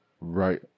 Right